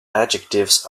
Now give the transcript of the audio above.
adjectives